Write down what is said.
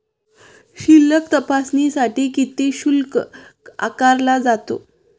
शिल्लक तपासण्यासाठी किती शुल्क आकारला जातो?